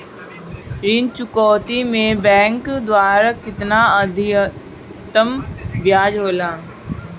ऋण चुकौती में बैंक द्वारा केतना अधीक्तम ब्याज होला?